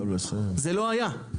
זה לא היה,